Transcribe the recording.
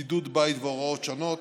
(בידוד בית והוראות שונות),